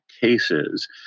cases